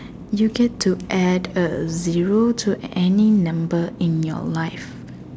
you get to add a zero to any number in your life